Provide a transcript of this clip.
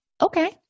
Okay